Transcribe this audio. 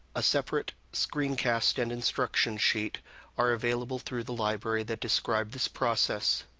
a separate screencast and instruction sheet are available through the library that described this process.